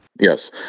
Yes